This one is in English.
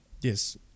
Yes